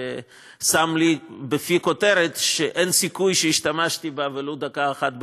ששם בפי כותרת שאין סיכוי שהשתמשתי בה ולו דקה אחת בריאיון,